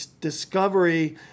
discovery